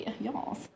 Y'all